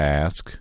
ask